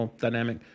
dynamic